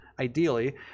ideally